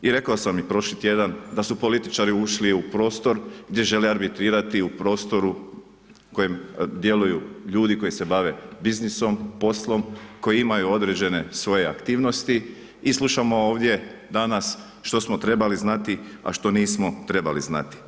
I rekao sam i prošli tjedan da su političari ušli u prostor gdje žele arbitrirati u prostoru u kojem djeluju ljudi koji se bave biznisom poslom, koji imaju određene svoje aktivnosti i slušamo ovdje danas što smo trebali znati a što nismo trebali znati.